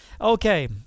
Okay